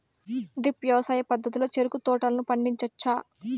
drip వ్యవసాయ పద్ధతిలో చెరుకు తోటలను పండించవచ్చా